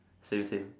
same same